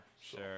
sure